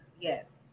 yes